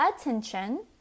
attention